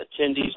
attendees